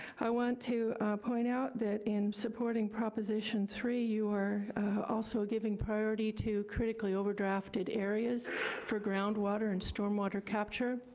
i want to point out that in supporting proposition three, you are also giving priority to critically over drafted areas for groundwater and storm water capture.